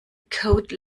code